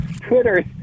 Twitter